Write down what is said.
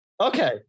Okay